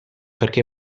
perché